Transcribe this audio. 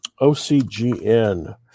OCGN